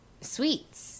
sweets